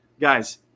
Guys